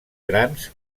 grans